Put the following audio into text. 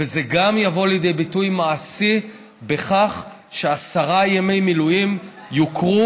זה גם יבוא לידי ביטוי מעשי בכך שעשרה ימי מילואים יוכרו